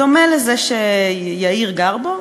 דומה לזה שיאיר גר בו,